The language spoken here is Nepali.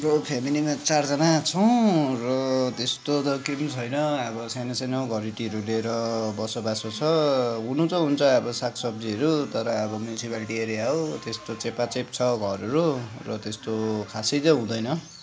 हाम्रो फेमिलीमा चारजना छौँ र त्यस्तो त केही पनि छैन अब सानो सानो घरेटीहरू लिएर बसोबासो छ हुनु त हुन्छ अब साग सब्जीहरू तर अब म्युन्सिपालिटी एरिया हो त्यस्तो चेपाचेप छ घरहरू र त्यस्तो खासै चाहिँ हुँदैन